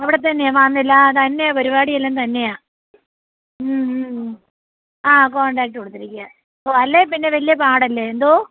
അവിടെത്തന്നെയാണ് ഫാമിലിയെല്ലാം തന്നെ പരിപാടിയെല്ലാം തന്നെയാണ് ആ കോണ്ടാക്ട് കൊടുത്തിരിക്കുകയാണ് ഓഹ് അല്ലേ പിന്നെ വലിയ പാടല്ലേ എന്തോ